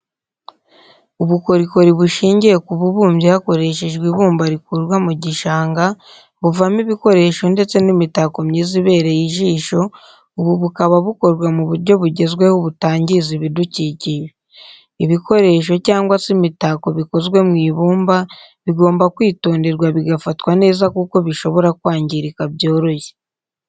Ubukorikori bushingiye ku bubumbyi hakoreshejwe ibumba rikurwa mu gishanga, buvamo ibikoresho ndetse n'imitako myiza ibereye ijisho, ubu bukaba bukorwa mu buryo bugezweho butangiza ibidukikije. Ibikoresho cyangwa se imitako bikozwe mu ibumba bigomba kwitonderwa bigafatwa neza kuko bishobora kwangirika byoroshye.